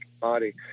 body